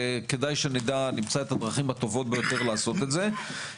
וכדי שנמצא את הדרכים הטובות ביותר לעשות את זה.